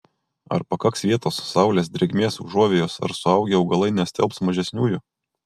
ar pakaks vietos saulės drėgmės užuovėjos ar suaugę augalai nestelbs mažesniųjų